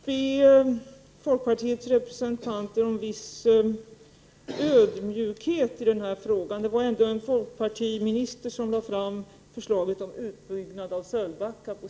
Herr talman! Får jag först be folkpartiets representanter om viss ödmjukhet i denna fråga. Det var ju ändå en folkpartistisk minister som på sin tid lade fram förslaget om utbyggnad av Sölvbacka.